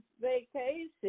vacation